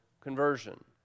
conversion